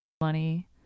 money